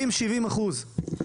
אם אתם שואלים אותי, זה 60%-70%.